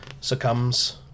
succumbs